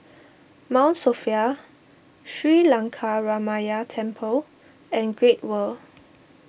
Mount Sophia Sri Lankaramaya Temple and Great World